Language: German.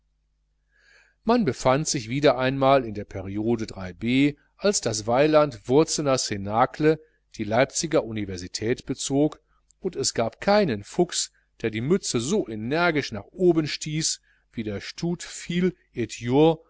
man befand sich wieder einmal in der periode b als das weiland wurzener cnacle die leipziger universität bezog und es gab keinen fuchs der die mütze so energisch nach oben stieß wie der